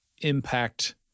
impact